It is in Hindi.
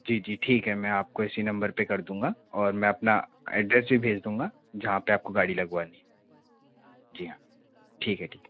जी जी ठीक है मैं आपको इसी नंबर पे कर दूँगा और मैं अपना ऐड्रेस भी भेज दूँगा जहाँ पे आपको गाड़ी लगवानी है जी हाँ ठीक है ठीक है